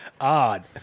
Odd